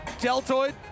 deltoid